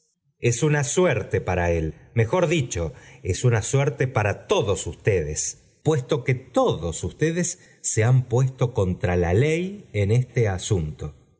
es una suerte para él mejor dicho es una suerte para todos ustedes puesto que todos us ir e s